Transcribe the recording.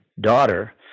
daughter